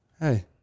Hey